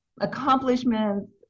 accomplishments